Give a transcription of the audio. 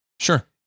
Sure